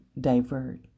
divert